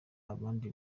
abandi